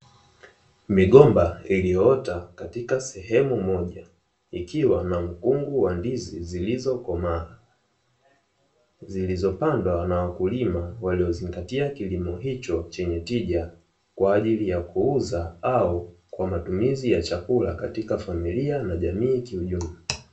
Migomba iliyoota katika sehemu moja ikiwa na mkungu wa ndizi zilizokomaa, zilizopandwa na wakulima waliozingatia kilimo hicho chenye tija, kwa ajili ya kuuza au kwa matumizi ya chakula katika familia na jamii kiujumla.